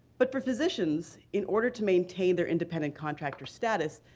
but for physicians, in order to maintain their independent contractor status,